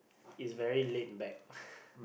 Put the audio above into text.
is very laid back